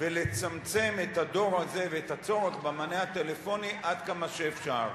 לצמצם את הדור הזה ואת הצורך במענה הטלפוני עד כמה שאפשר.